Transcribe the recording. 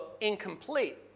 incomplete